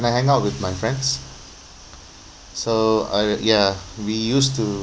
I hang out with my friends so I uh ya we used to